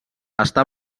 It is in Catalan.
està